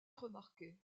remarquée